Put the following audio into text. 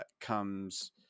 comes